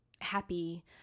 happy